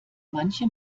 manche